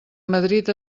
madrid